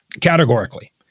categorically